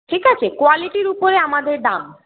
ঠিক আছে কোয়ালিটির উপরে আমাদের দাম